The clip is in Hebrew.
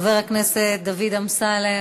חבר הכנסת דוד אמסלם,